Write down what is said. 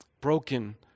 broken